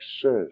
says